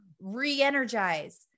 re-energize